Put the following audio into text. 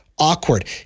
Awkward